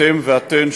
אתם ואתן,